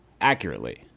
accurately